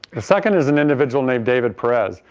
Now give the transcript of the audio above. the second is an individual named david perez.